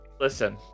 Listen